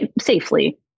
safely